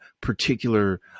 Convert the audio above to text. particular